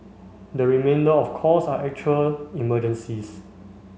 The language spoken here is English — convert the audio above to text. the remainder of calls are actual emergencies